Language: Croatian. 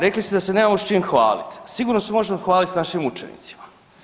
Rekli ste da se nemamo s čim hvalit, sigurno se možemo hvaliti s našim učenicima.